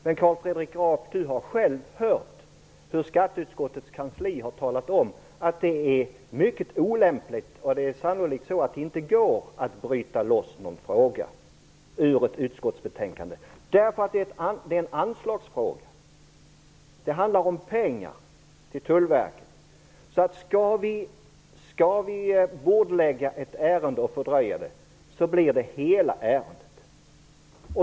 Men Carl Fredrik Graf har själv hört hur skatteutskottets kansli har talat om att det är mycket olämpligt och sannolikt inte går att bryta loss någon fråga ur detta betänkande därför att det handlar om anslagsfrågor. Det handlar om pengar till Tullverket. Skall vi fördröja genom bordläggning så kommer det att gälla hela ärendet.